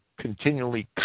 continually